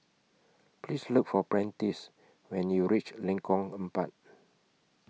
Please Look For Prentice when YOU REACH Lengkong Empat